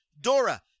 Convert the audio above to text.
Dora